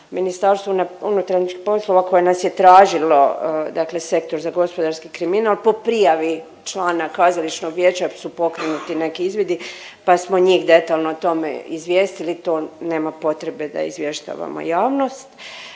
Ministarstvo unutarnjih poslova koje nas je tražilo, dakle Sektor za gospodarski kriminal po prijavi člana kazališnog vijeća su pokrenuti neki izvidi pa samo njih detaljno o tome izvijestili to nema potreba da izvještavamo javnost.